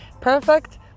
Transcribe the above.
perfect